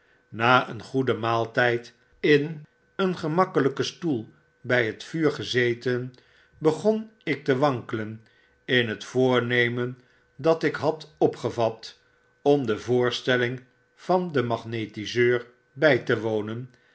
na een goeden maaltyd in een gemakkelyken stoel by bet vuur gezeten begon ik te wankelenin het voornemen dat ik hadopgevatom devoorstelling van den magnetiseur by te wonen